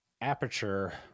aperture